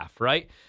right